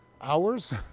hours